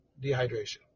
dehydration